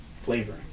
flavor